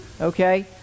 Okay